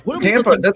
Tampa